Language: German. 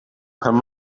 kann